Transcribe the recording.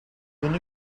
bunu